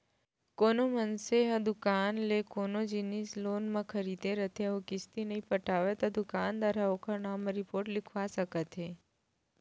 कोनो मनसे ह दुकान ले कोनो जिनिस लोन म खरीदे रथे अउ किस्ती नइ पटावय त दुकानदार ह ओखर नांव म रिपोट लिखवा सकत हे